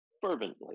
fervently